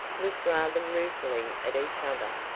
looked rather ruefully at each other.